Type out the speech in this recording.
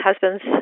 husband's